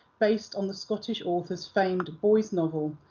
based on the scottish author's famed boys' novel,